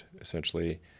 essentially